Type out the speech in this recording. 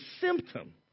symptom